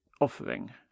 offering